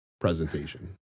presentation